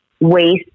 waste